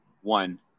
one